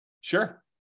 Sure